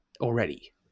already